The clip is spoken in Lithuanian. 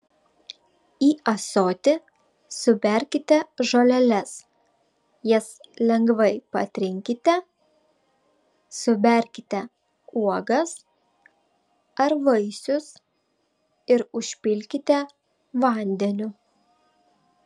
į ąsotį suberkite žoleles jas lengvai patrinkite suberkite uogas ar vaisius ir užpilkite vandeniu